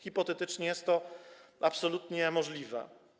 Hipotetycznie jest to absolutnie możliwe.